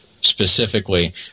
specifically